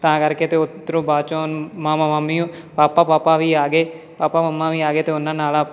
ਤਾਂ ਕਰਕੇ ਅਤੇ ਉਧਰੋਂ ਬਾਅਦ 'ਚ ਮਾਮਾ ਮਾਮੀ ਪਾਪਾ ਪਾਪਾ ਵੀ ਆ ਗਏ ਪਾਪਾ ਮੰਮਾ ਵੀ ਗਏ ਅਤੇ ਉਹਨਾਂ ਨਾਲ